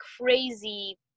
crazy